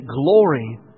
glory